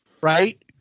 right